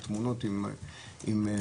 התמונות עם הפגנות,